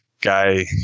guy